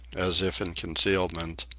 as if in concealment,